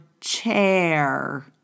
chair